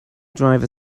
driver